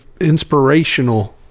inspirational